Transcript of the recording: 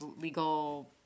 legal